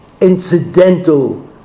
incidental